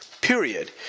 Period